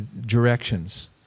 directions